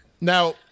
Now